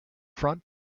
front